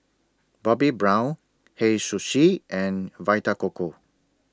Bobbi Brown Hei Sushi and Vita Coco